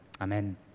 Amen